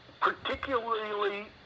particularly